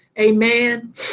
Amen